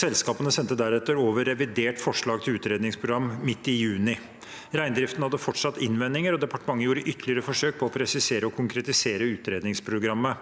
Selskapene sendte deretter over revidert forslag til utredningsprogram midt i juni. Reindriften hadde fortsatt innvendinger, og departementet gjorde ytterligere forsøk på å presisere og kon kretisere utredningsprogrammet.